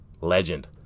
Legend